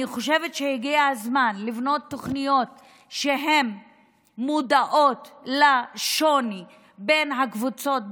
אני חושבת שהגיע הזמן לבנות תוכניות שמודעות לשוני בין הקבוצות,